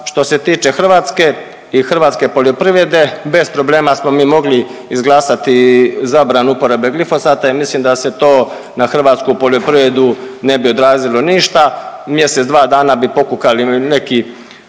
što se tiče Hrvatske i hrvatske poljoprivrede, bez problema smo mi mogli izglasati zabranu uporabe glifosata jer mislim da se to na hrvatsku poljoprivredu ne bi odrazilo ništa. Mjesec, dva dana bi pokukali neki